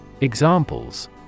Examples